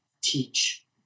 teach